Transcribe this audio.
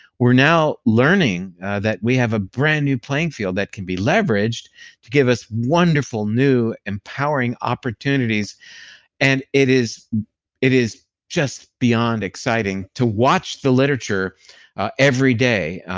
we're now learning that we have a brand new playing field that can be leveraged to give us wonderful, new, empowering opportunities and it is it is just beyond exciting to watch the literature every day.